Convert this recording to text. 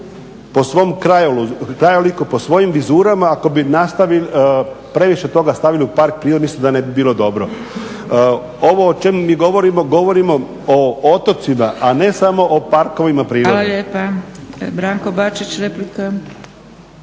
po svom krajoliku, po svojim vizurama ako bi nastavili, ako bi previše toga stavili u park prirode mislim da ne bi bilo dobro. Ovo o čemu mi govorimo, govorimo o otocima a ne samo o parkovima prirode. **Zgrebec, Dragica (SDP)** Hvala lijepa. Branko Bačić replika.